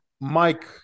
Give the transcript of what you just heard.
Mike